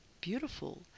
beautiful